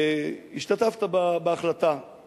השתתפת בהחלטה, בהחלט.